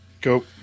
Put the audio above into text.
Go